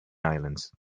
islands